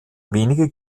wenige